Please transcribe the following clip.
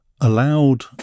allowed